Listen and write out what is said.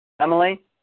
Emily